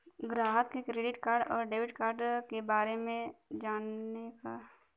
ग्राहक के credit card और डेविड कार्ड के बारे में जाने के बा?